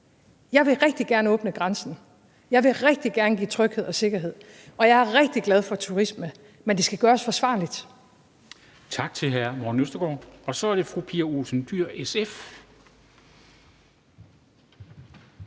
Jeg vil rigtig gerne åbne grænsen, jeg vil rigtig gerne give tryghed og sikkerhed, og jeg er rigtig glad for turisme, men det skal gøres forsvarligt. Kl. 13:27 Formanden (Henrik Dam Kristensen): Tak